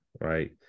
right